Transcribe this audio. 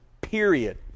period